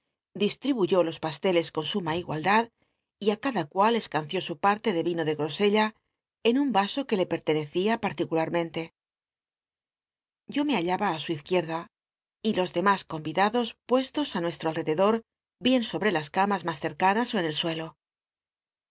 clislribuyó los pasteles con uma igualdad y ti cada rual esc mció su parte rle rino de grosella en un biblioteca nacional de españa david copperfield va o que le pertenecía particularmente yo me hallaba ü su izquierda y lo s lemas comidado puestos á nuesllo ahcdc lot bien obte las camas mas cercanas ó en el suelo